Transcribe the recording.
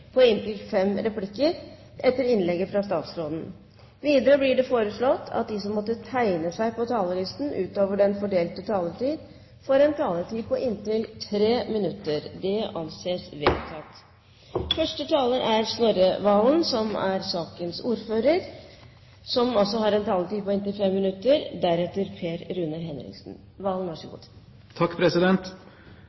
på inntil fem replikker med svar etter innlegget fra statsråden innenfor den fordelte taletid. Videre blir det foreslått at de som måtte tegne seg på talerlisten utover den fordelte taletid, får en taletid på inntil 3 minutter. – Det anses vedtatt. Stortinget har tidligere bedt regjeringen om en gjennomgang av avfallsmarkedet og forbrenningsavgiften. Regjeringen har så